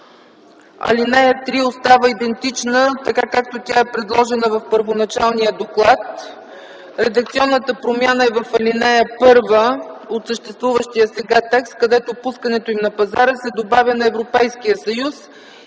Алинея 3 остава идентична, така както е предложена в първоначалния доклад. Редакционната промяна е в ал. 1 от съществуващия сега текст, където след „пускането им на пазара” се добавя „на Европейския съюз”.